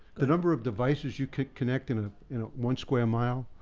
the number of devices you can connect in ah you know one square mile